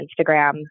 Instagram